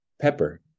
pepper